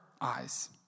eyes